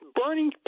burning